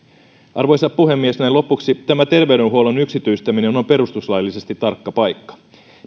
arvoisa puhemies näin lopuksi tämä terveydenhuollon yksityistäminen on on perustuslaillisesti tarkka paikka